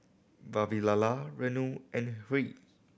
Vavilala Renu and Hri